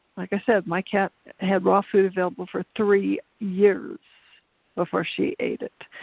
like i said my cat had raw food available for three years before she ate it,